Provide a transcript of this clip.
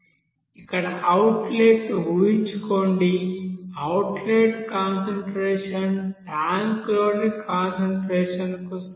ఇక్కడ అవుట్లెట్ను ఊహించుకోండి అవుట్లెట్ కాన్సంట్రేషన్ ట్యాంక్లోని కాన్సంట్రేషన్ కు సమానం